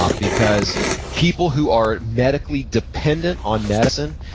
ah because people who are medically dependent on medicine,